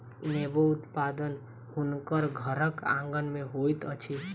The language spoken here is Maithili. नेबो उत्पादन हुनकर घरक आँगन में होइत अछि